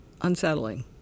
unsettling